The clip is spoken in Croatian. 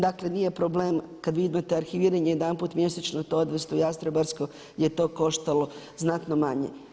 Dakle nije problem kad vi imate arhiviranje jedanput mjesečno to odvesti u Jastrebarsko gdje je to koštalo znatno manje.